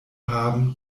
haben